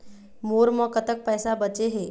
मोर म कतक पैसा बचे हे?